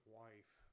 wife